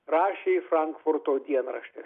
rašė frankfurto dienraštis